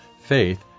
faith